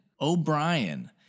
O'Brien